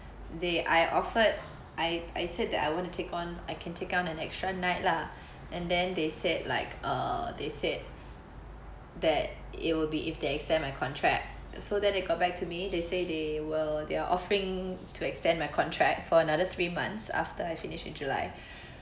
they I offered I I said I want to take on I can take on an extra night lah and then they said like uh they said that it will be if they extend my contract so then they got back to me they said they will they're offering to extend my contract for another three months after I finish in july